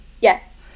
Yes